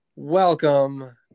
Welcome